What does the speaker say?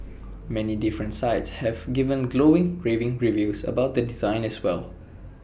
many different sites have given glowing raving reviews about the design as well